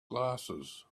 glasses